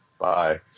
Bye